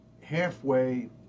halfway